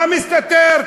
מה מסתתר?